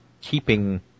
keeping